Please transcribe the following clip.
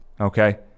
okay